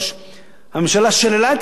הממשלה שללה את הצעת החוק שלי.